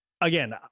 again